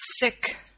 thick